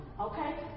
okay